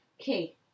okay